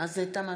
תמה ההצבעה.